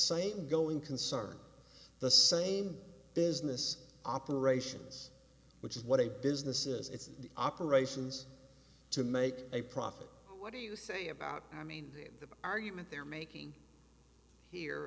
same going concern the same business operations which is what a business is it's the operations to make a profit what do you say about i mean the argument they're making here